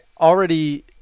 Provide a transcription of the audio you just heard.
already